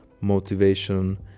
motivation